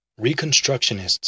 Reconstructionists